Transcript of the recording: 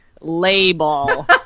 label